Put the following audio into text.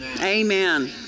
Amen